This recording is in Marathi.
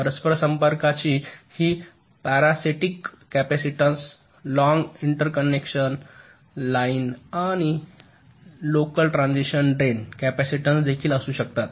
परस्पर संपर्काची ही parasitic capacitance long interconnection line आणि लोकल ट्रान्झिस्टरच्या ड्रेन कॅपेसिटन्स देखील असू शकतात